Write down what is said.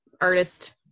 artist